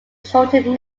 shortened